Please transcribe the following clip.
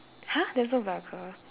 !huh! there's no bell curve